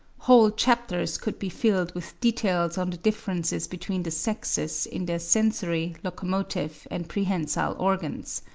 whole chapters could be filled with details on the differences between the sexes in their sensory, locomotive, and prehensile organs.